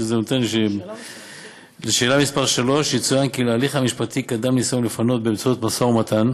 לשאלה מס' 3: יצוין כי להליך המשפטי קדם ניסיון לפנות באמצעות משא-ומתן,